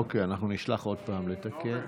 אוקיי, אנחנו נשלח עוד פעם לתקן.